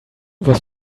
was